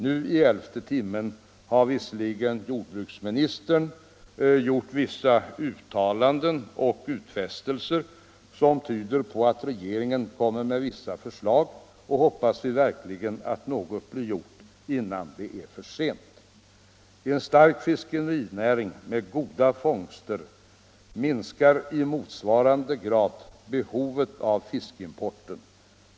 Nu, i elfte timmen, har jordbruksministern dock gjort vissa uttalanden och utfästelser, som tyder på att regeringen kommer att lägga fram vissa förslag, och vi hoppas verkligen att något blir gjort innan det är för sent. En stark fiskerinäring med goda fångster minskar i motsvarande grad behovet av fiskimport.